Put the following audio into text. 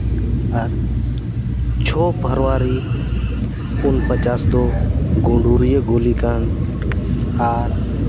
ᱟᱨ ᱪᱷᱚ ᱵᱷᱮᱵᱽᱨᱩᱣᱟᱨᱤ ᱩᱱᱤᱥᱥᱚ ᱯᱚᱪᱟᱥ ᱫᱚ ᱜᱩᱰᱩᱨᱤᱟᱭᱟᱹ ᱜᱚᱞᱤ ᱠᱟᱱᱰ ᱟᱨ